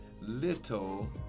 little